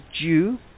due